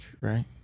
Right